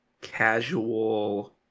Casual